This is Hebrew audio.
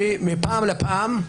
מפעם לפעם,